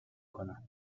کنم